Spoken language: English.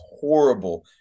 horrible